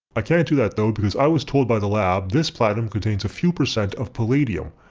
i can't do that though because i was told by the lab this platinum contains a few percent of palladium.